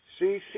See